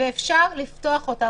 ואפשר לפתוח אותם.